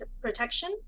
protection